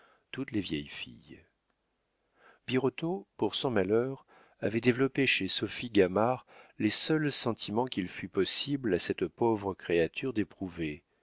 toutes les vieilles filles birotteau pour son malheur avait développé chez sophie gamard les seuls sentiments qu'il fût possible à cette pauvre créature d'éprouver